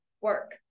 work